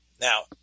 Now